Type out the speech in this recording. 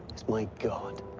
is my god.